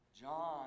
John